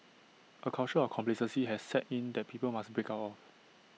A culture of complacency has set in that people must break out of